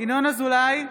ינון אזולאי,